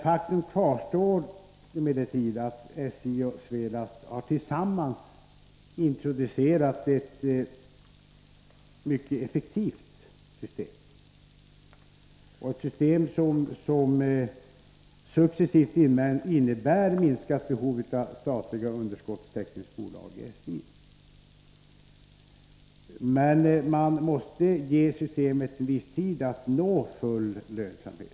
Faktum kvarstår emellertid att SJ och Svelast tillsammans har introducerat ett mycket effektivt system, ett system som successivt innebär minskat behov av statliga — Nr 28 underskottstäckningsbolag i SJ. Men man måste ge systemet viss tid att nå Måndagen den full lönsamhet.